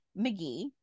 McGee